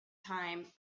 time